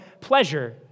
pleasure